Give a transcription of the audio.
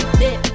dip